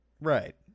Right